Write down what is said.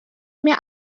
mir